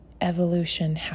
evolution